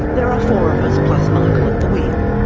there are four of us, plus michael at the wheel.